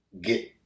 get